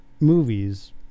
movies